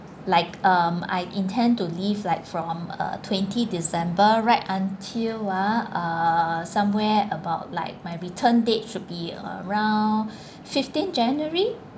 like um I intend to leave like from uh twenty december right until ah uh somewhere about like my return date should be around fifteen january